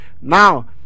now